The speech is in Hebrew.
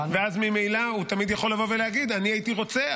ואז ממילא הוא תמיד יכול לבוא ולהגיד: אני הייתי רוצה,